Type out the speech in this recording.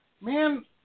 Man